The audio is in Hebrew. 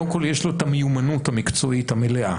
קודם כל יש לו את המיומנות המקצועית המלאה,